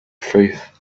faith